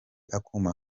akuma